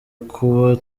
kuba